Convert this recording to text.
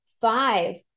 five